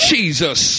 Jesus